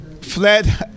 fled